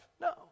No